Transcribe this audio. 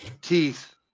teeth